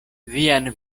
vian